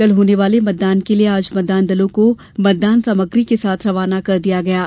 कल होने वाले मतदान के लिए आज मतदान दलों को मतदान सामग्री के साथ रवाना कर दिया गया है